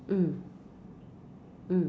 mm mm